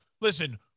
listen